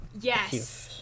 yes